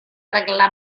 regla